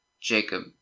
Jacob